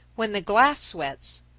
when the glass sweats,